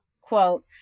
quote